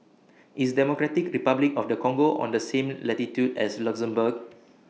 IS Democratic Republic of The Congo on The same latitude as Luxembourg